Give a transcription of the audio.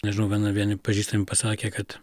nežinau viena vienai pažįstamai pasakė kad